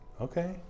Okay